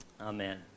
Amen